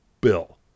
Bill